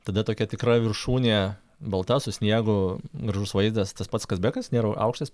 tada tokia tikra viršūnė balta su sniegu gražus vaizdas tas pats kazbekas nėra aukštas